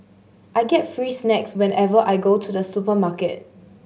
I get free snacks whenever I go to the supermarket